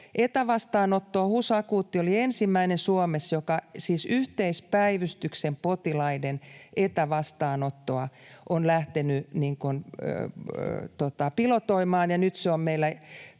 Etävastaanotto HUS Akuutti oli Suomessa ensimmäinen, joka yhteispäivystyksen potilaiden etävastaanottoa on lähtenyt pilotoimaan, ja nyt se on meillä